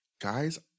guys